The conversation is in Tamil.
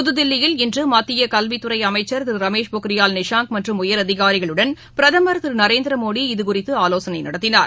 புதுதில்லியில் இன்றுமத்தியகல்வித்துறைஅமைச்சர் திருரமேஷ் பொன்ரியால் நிஷாங்க் மற்றம் உயரதிகாரிகளுடன் பிரதமர் திருநரேந்திரமோடி இதுகுறித்துஆலோசனைநடத்தினார்